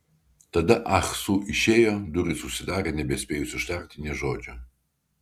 tada ah su išėjo durys užsidarė nebespėjus ištarti nė žodžio